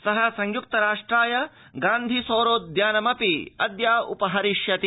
सः संयुक्त राष्ट्राय गान्धि सौरोद्यानमपि अद्योपहरिष्यति